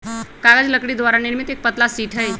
कागज लकड़ी द्वारा निर्मित एक पतला शीट हई